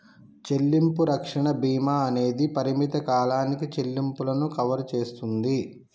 చెల్లింపు రక్షణ భీమా అనేది పరిమిత కాలానికి చెల్లింపులను కవర్ చేస్తాది